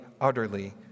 utterly